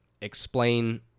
explain